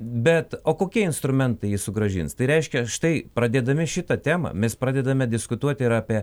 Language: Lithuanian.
bet o kokie instrumentai jį sugrąžins tai reiškia štai pradėdami šitą temą mes pradedame diskutuot ir apie